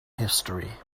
history